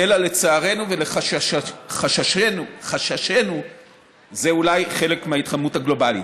אלא לצערנו ולחששנו זה אולי חלק מההתחממות הגלובלית.